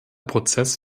prozess